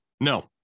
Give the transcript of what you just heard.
No